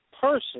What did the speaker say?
person